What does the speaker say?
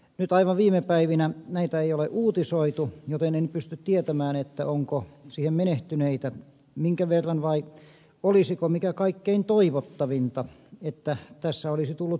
nyt aivan viime päivinä näitä ei ole uutisoitu joten en pysty tietämään onko siihen menehtyneitä minkä verran vai olisiko mikä kaikkein toivottavinta että tässä olisi tullut pysähdys